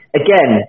again